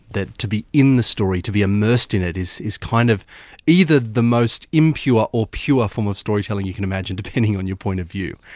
that to be in the story, to be immersed in it is is kind of either the most impure or pure form of storytelling you can imagine, depending on your point of view.